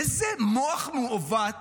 איזה מוח מעוות